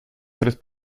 tres